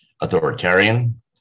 authoritarian